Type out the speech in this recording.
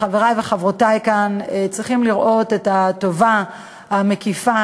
חברי וחברותי כאן צריכים לראות את הטובה המקיפה,